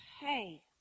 Hey